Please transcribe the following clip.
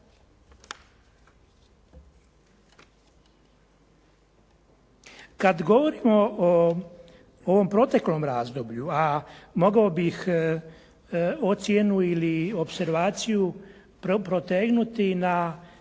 Kad govorimo o ovom proteklom razdoblju, a mogao bih ocjenu ili opservaciju protegnuti na